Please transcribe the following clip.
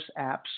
apps